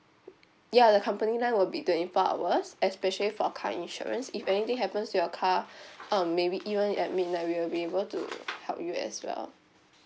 ya the company line will be twenty four hours especially for car insurance if anything happens to your car um maybe even at midnight we will be able to help you as well